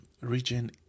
region